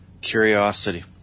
Curiosity